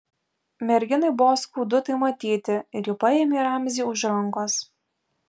merginai buvo skaudu tai matyti ir ji paėmė ramzį už rankos